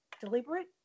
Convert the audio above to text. deliberate